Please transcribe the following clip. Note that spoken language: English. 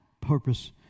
purpose